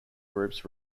groups